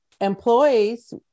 employees